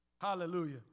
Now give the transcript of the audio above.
Hallelujah